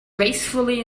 gracefully